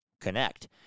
connect